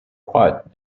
quiet